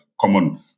common